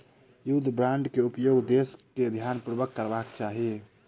युद्ध बांड के उपयोग देस के ध्यानपूर्वक करबाक चाही